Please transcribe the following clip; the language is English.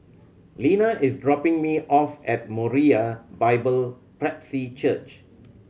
Lena is dropping me off at Moriah Bible Presby Church